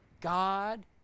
God